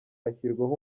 ashyirwaho